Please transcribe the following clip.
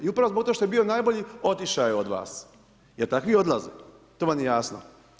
I upravo zbog tog što je bio najbolji otišao je od vas, jer takvi odlaze, to vam je jasno.